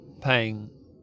paying